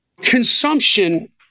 consumption